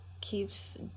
keeps